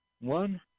one